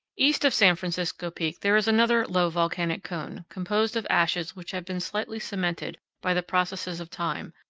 east of san francisco peak there is another low volcanic cone, composed of ashes which have been slightly cemented by the processes of time,